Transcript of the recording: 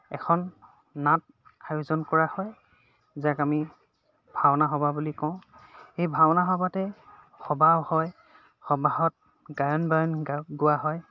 এখন নাট আয়োজন কৰা হয় যাক আমি ভাওনা সবাহ বুলি কওঁ এই ভাওনা সভাতে সবাহ হয় সবাহত গায়ন বায়ন গা গোৱা হয়